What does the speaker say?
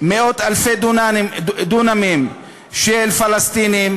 מאות-אלפי דונמים של פלסטינים.